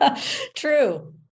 True